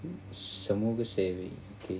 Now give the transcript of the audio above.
சமூகசேவை:samuga sevai